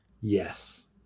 Yes